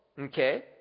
Okay